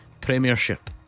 Premiership